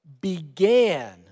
began